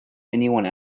anyone